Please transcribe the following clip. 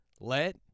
Let